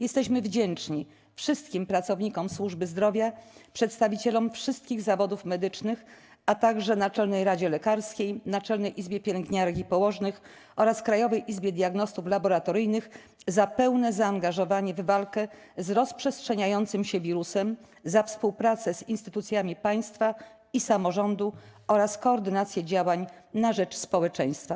Jesteśmy wdzięczni wszystkim pracownikom służby zdrowia, przedstawicielom wszystkich zawodów medycznych, a także Naczelnej Radzie Lekarskiej, Naczelnej Izbie Pielęgniarek i Położnych oraz Krajowej Izbie Diagnostów Laboratoryjnych za pełne zaangażowanie w walkę z rozprzestrzeniającym się wirusem, za współpracę z instytucjami państwa i samorządu oraz koordynację działań na rzecz społeczeństwa”